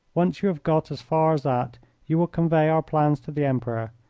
once you have got as far as that you will convey our plans to the emperor,